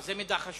זה מידע חשוב.